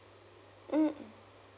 mm